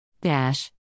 Dash